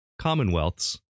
Commonwealths